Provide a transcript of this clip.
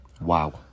Wow